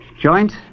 joint